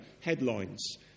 headlines